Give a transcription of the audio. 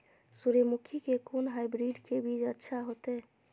सूर्यमुखी के कोन हाइब्रिड के बीज अच्छा होते?